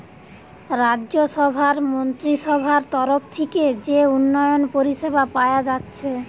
রাজ্যসভার মন্ত্রীসভার তরফ থিকে যে উন্নয়ন পরিষেবা পায়া যাচ্ছে